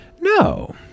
no